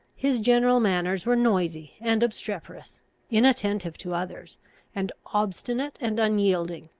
his general manners were noisy and obstreperous inattentive to others and obstinate and unyielding,